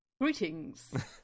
greetings